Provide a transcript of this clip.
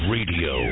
Radio